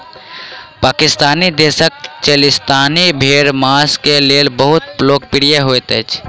पाकिस्तान देशक चोलिस्तानी भेड़ मांस के लेल बहुत लोकप्रिय होइत अछि